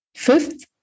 Fifth